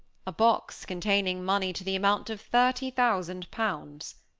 a box containing money to the amount of thirty thousand pounds,